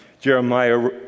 Jeremiah